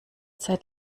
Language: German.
seit